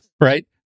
Right